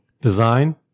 design